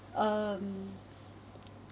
um